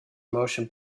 motion